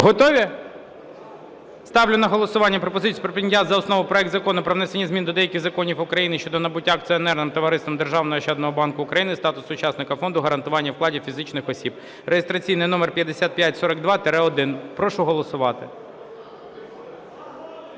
Готові? Ставлю на голосування пропозицію про прийняття за основу проект Закону про внесення змін до деяких законів України щодо набуття акціонерним товариством "Державний ощадний банк України" статусу учасника Фонду гарантування вкладів фізичних осіб (реєстраційний номер 5542-1). Прошу голосувати.